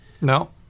No